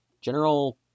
General